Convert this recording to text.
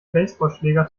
baseballschläger